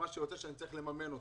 יוצא שאני צריך לממן אותם.